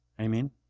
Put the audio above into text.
Amen